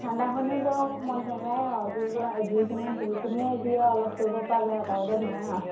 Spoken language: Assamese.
ঠাণ্ডাখনত আৰু মন নেযায় আৰু জুই জুই কিনাৰত বহি পিনিয়ে যি অলপ কৰিব পৰা যায় তাৰ বাদে নহয় আৰু